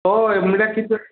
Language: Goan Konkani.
होय म्हळ्यार कितें